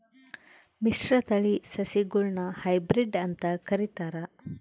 ಮಿಶ್ರತಳಿ ಸಸಿಗುಳ್ನ ಹೈಬ್ರಿಡ್ ಅಂತ ಕರಿತಾರ